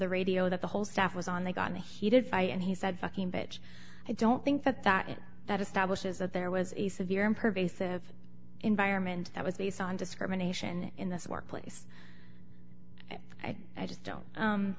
the radio that the whole staff was on they got in a heated fight and he said fucking bitch i don't think that that that establishes that there was a severe and pervasive environment that was based on discrimination in this workplace i just don't